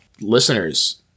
Listeners